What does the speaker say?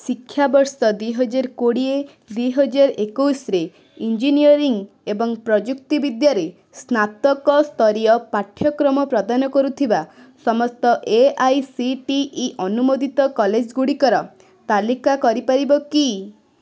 ଶିକ୍ଷାବର୍ଷ ଦୁଇହଜାର କୋଡ଼ିଏ ଦୁଇହଜାର ଏକୋଇଶରେ ଇଞ୍ଜିନିୟରିଙ୍ଗ୍ ଏବଂ ପ୍ରଯୁକ୍ତିବିଦ୍ୟାରେ ସ୍ନାତକ ସ୍ତରୀୟ ପାଠ୍ୟକ୍ରମ ପ୍ରଦାନ କରୁଥିବା ସମସ୍ତ A I C T E ଅନୁମୋଦିତ କଲେଜ୍ଗୁଡ଼ିକର ତାଲିକା କରିପାରିବ କି